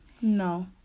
No